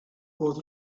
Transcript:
oedd